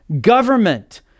Government